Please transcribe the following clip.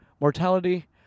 mortality